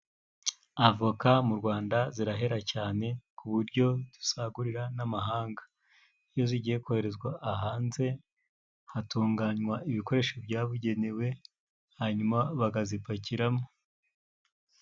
Avoka mu Rwanda zirahera cyane ku buryo dusagurira n'amahanga. Iyo zigiye koherezwa hanze, hatunganywa ibikoresho byabugenewe hanyuma bakazipakiramo.